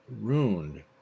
ruined